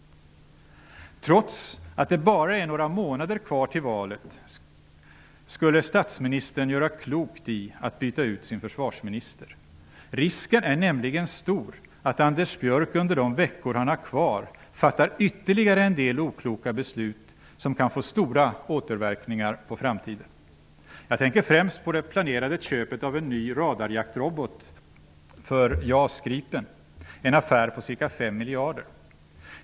Trots att det bara är några månader kvar till valet skulle statsministern göra klokt i att byta ut sin försvarsminister. Risken är nämligen stor att Anders Björck under de veckor han har kvar fattar ytterligare en del okloka beslut som kan få stora återverkningar på framtiden. Jag tänker främst på det planerade köpet av en ny radarjaktrobot för JAS Gripen -- en affär på cirka fem miljarder.